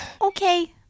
Okay